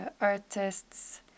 artists